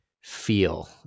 feel